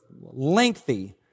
lengthy